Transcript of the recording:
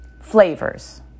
flavors